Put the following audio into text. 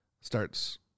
starts